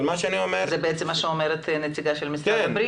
אבל מה שאני אומר --- זה בעצם מה שאומרת נציגת משרד הבריאות.